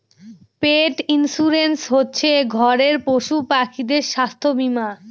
পেট insurance হচ্ছে ঘরের পশুপাখিদের স্বাস্থ্য বীমা